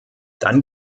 dann